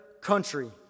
country